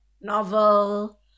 novel